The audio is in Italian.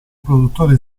produttore